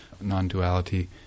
non-duality